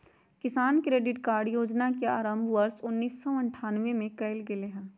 किसान credit card योजना के आरंभ वर्ष उन्नीसौ अठ्ठान्नबे में कइल गैले हल